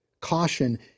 caution